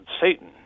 satan